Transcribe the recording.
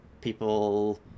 people